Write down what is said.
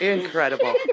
Incredible